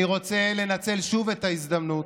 אני רוצה לנצל שוב את ההזדמנות